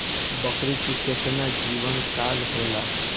बकरी के केतना जीवन काल होला?